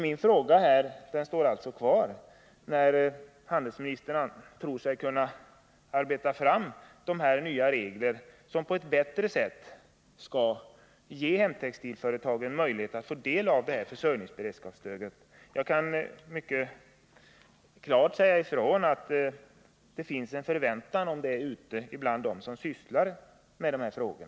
Min fråga står alltså kvar: När tror sig handelsministern kunna arbeta fram de nya regler som skall ge hemtextilföretagen bättre möjligheter att få del av försörjningsberedskapsstödet? Jag kan mycket klart säga ifrån att det finns en förväntan om det ute bland dem som sysslar med dessa frågor.